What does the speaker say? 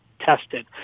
tested